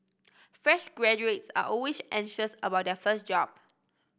fresh graduates are always anxious about their first job